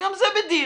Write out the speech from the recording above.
וגם זה בדיל,